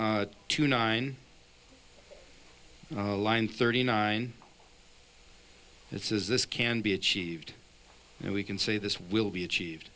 on two nine line thirty nine this is this can be achieved and we can say this will be achieved